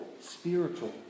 spiritual